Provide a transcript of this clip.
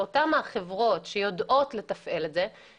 נוכל לשער שאותן החברות שיודעות לתפעל את זה תילקחנה